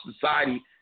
society